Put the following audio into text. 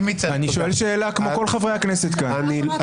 אני שואל שאלה כמו כל חברי הכנסת כאן.